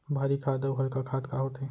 भारी खाद अऊ हल्का खाद का होथे?